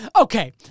Okay